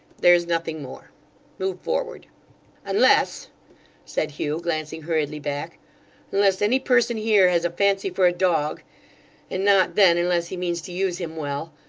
there is nothing more move forward unless said hugh, glancing hurriedly back unless any person here has a fancy for a dog and not then, unless he means to use him well.